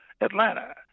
Atlanta